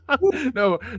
no